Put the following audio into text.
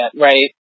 right